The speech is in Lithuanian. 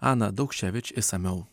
ana daukševič išsamiau